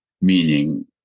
meaning